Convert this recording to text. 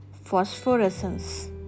phosphorescence